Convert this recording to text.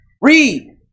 Read